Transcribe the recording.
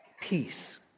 Peace